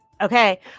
Okay